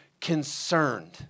concerned